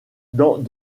dans